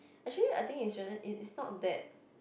actually I think it shouldn't it's not that